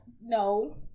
No